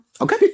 Okay